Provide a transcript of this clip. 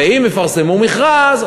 ואם יפרסמו מכרז,